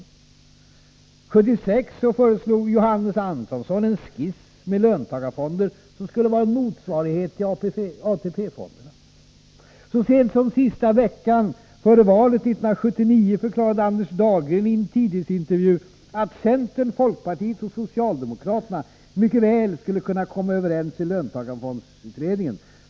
Redan 1976 föreslog Johannes Antonsson en skiss med löntagarfonder som skulle vara en motsvarighet till AP-fonderna. Så sent som sista veckan före valet 1979 förklarade Anders Dahlgren i en tidningsintervju att centern, folkpartiet och socialdemokraterna mycket väl skulle kunna komma överens i löntagarfondsutredningen.